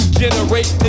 generate